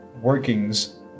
workings